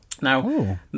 Now